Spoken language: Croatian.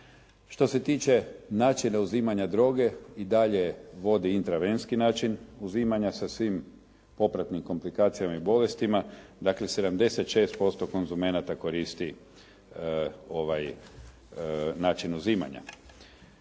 Što se tiče načina uzimanja droge i dalje vodi intravenski način uzimanja sa svim popratnim komplikacijama i bolestima. Dakle, 76% konzumenata koristi ovaj način uzimanja.